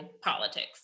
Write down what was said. politics